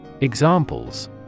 Examples